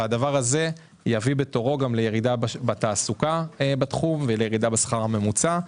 שזה דבר שיביא לירידה בתעסוקה בתחום ולירידה בשכר הממוצע.